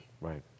Right